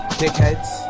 dickheads